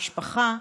משפחה,